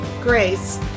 grace